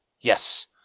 Yes